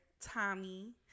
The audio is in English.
Tommy